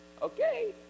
Okay